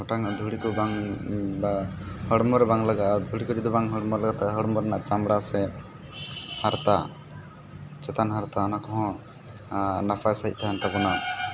ᱚᱴᱟᱝᱚᱜᱼᱟ ᱫᱷᱲᱤ ᱠᱚ ᱵᱟᱝ ᱵᱟ ᱦᱚᱲᱢᱚᱨᱮ ᱵᱟᱝ ᱞᱟᱜᱟᱜᱼᱟ ᱫᱷᱩᱲᱤ ᱠᱚ ᱡᱩᱫᱤ ᱵᱟᱝ ᱦᱚᱲᱢᱚ ᱨᱮ ᱵᱟᱝ ᱞᱟᱜᱟᱜᱼᱟ ᱛᱟ ᱦᱚᱲᱢᱚ ᱨᱮᱱᱟᱜ ᱪᱟᱢᱲᱟ ᱥᱮ ᱦᱟᱨᱛᱟ ᱪᱮᱛᱟᱱ ᱦᱟᱨᱛᱟ ᱚᱱᱟ ᱠᱚᱦᱚᱸ ᱱᱟᱯᱟᱭ ᱥᱟᱺᱦᱤᱡ ᱛᱟᱦᱮᱱ ᱛᱵᱚᱱᱟ